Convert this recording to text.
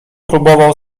próbował